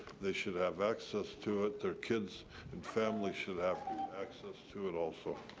they should have access to it. their kids and family should have access to it also.